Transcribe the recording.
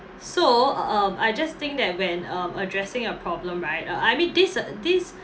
so um I just think that when um addressing a problem right uh I mean this a~ this